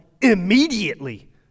immediately